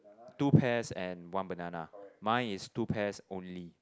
two pears and one banana mine is two pears only